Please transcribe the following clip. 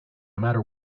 matter